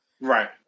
Right